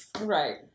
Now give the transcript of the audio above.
right